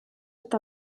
eta